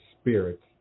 spirits